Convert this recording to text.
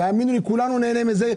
תאמינו לי, כולנו כאזרחים נהנה מזה .